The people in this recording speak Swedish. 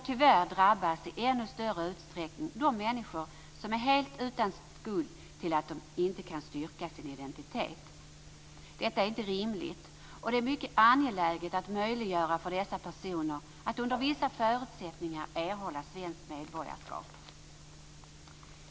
Tyvärr drabbas i ännu större utsträckning de människor som är helt utan skuld till att de inte kan styrka sin identitet. Detta är inte rimligt. Det är mycket angeläget att möjliggöra för dessa personer att under vissa förutsättningar erhålla svenskt medborgarskap.